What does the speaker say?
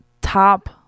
top